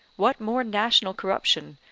what more national corruption,